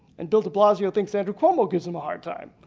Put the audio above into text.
and bill deblasio thinks andrew cuomo gives him a hard time.